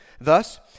Thus